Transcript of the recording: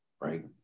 right